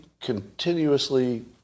continuously